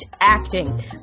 acting